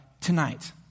tonight